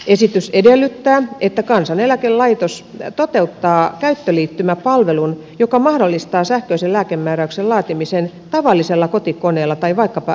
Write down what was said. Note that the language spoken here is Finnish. esitys edellyttää että kansaneläkelaitos toteuttaa käyttöliittymäpalvelun joka mahdollistaa sähköisen lääkemääräyksen laatimisen tavallisella kotikoneella tai vaikkapa älypuhelimella